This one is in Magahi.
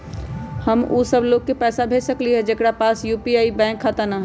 हम उ सब लोग के पैसा भेज सकली ह जेकरा पास यू.पी.आई बैंक खाता न हई?